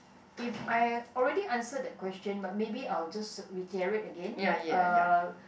if I already answered that question but maybe I'll just reiterate again uh